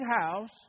house